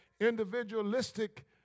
individualistic